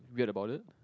weird about it